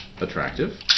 attractive